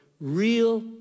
real